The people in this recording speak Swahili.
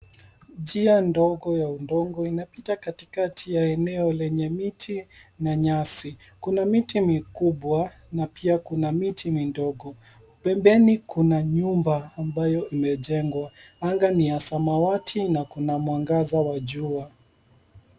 Njia ndogo ya udongo inapita katikati ya eneo lenye miti na nyasi kuna miti mikubwa na pia kuna miti midogo. Pembeni kuna nyumba ambayo imejengwa anga ni ya samawati na kuna mwangaza wa jua.